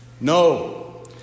No